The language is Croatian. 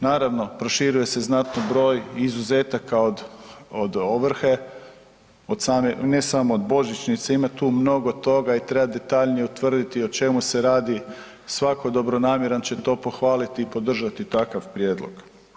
Naravno, proširuje se znatni broj izuzetaka od ovrhe, ne samo od božićnice, ima tu mnogo toga i treba detaljnije utvrditi o čemu se radi, svako dobronamjeran će to pohvaliti i podržati takav prijedlog.